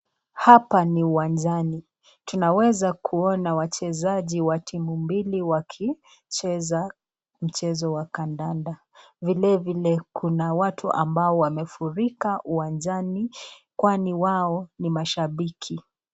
Hapa ni uwanjani. Tunaweza kuona wachezaji wa timu mbili wakicheza mchezo wa kadada. Vile vile kuna watu ambao wamefurika uwanjani kwani wao ni mashambiki.